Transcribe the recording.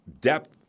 depth